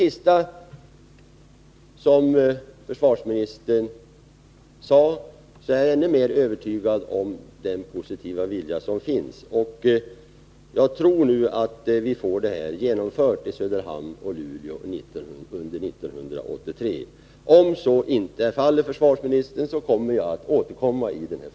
Efter försvarsministerns senaste inlägg är jag ännu mera övertygad om hans positiva vilja. Jag tror nu att vi får en dygnetruntberedskap i Söderhamn och Luleå genomförd under 1983. Om så inte blir fallet, försvarsministern, kommer jag att återkomma i frågan. Tack!